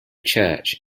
church